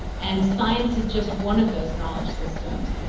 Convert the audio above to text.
and science is just one of those knowledge systems.